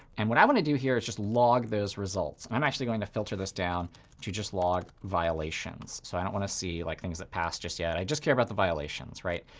and what i want to do here is just log those results. i'm actually going to filter this down to just log violations. so i don't want to see like things that passed just yet. i just care about the violations, right?